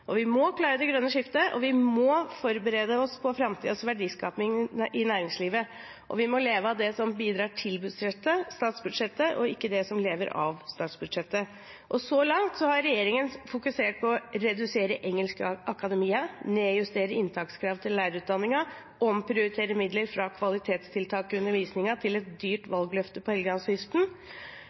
Vi må klare det grønne skiftet, vi må forberede oss på framtidens verdiskaping i næringslivet, og vi må leve av det som bidrar til statsbudsjettet – ikke det som lever av statsbudsjettet. Så langt har regjeringen fokusert på å redusere engelskakademiet, nedjustere inntakskrav til lærerutdanningen, omprioritere midler fra kvalitetstiltak i undervisningen til et dyrt valgløfte på Helgelandskysten,